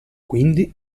quindi